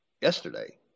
Yesterday